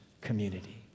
community